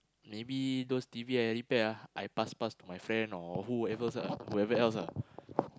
maybe those T_V I repair ah I pass pass to my friend or whoever else whoever else ah